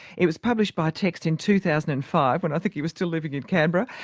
it was published by text in two thousand and five, when i think he was still living in canberra.